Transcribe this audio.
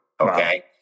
okay